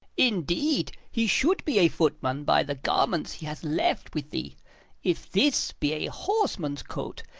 indeed, he should be a footman, by the garments he has left with thee if this be a horseman's coat,